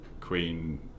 Queen